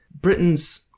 Britain's